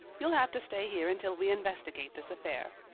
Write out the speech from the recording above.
you'll have to stay here until we investigate this affair.